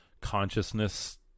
consciousness